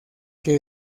que